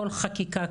כל חקיקה,